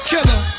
Killer